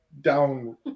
down